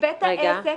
בית העסק.